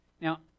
Now